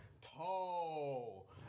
Tall